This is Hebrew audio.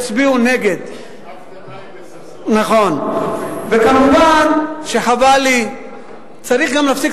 ודורשים ודורשים ודורשים, וכאשר מגיעים